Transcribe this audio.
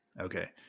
Okay